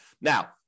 Now